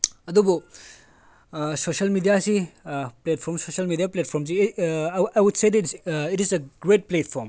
ꯑꯗꯨꯕꯨ ꯁꯣꯁꯦꯜ ꯃꯦꯗꯤꯌꯥꯁꯤ platform social media ꯄ꯭ꯂꯦꯠꯐꯣꯔꯝꯁꯤ I would say this it is a great platform